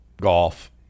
golf